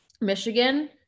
Michigan